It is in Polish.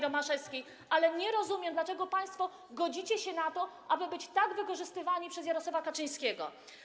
Romaszewskiej, ale nie rozumiem, dlaczego państwo godzicie się na to, aby być tak wykorzystywani przez Jarosława Kaczyńskiego.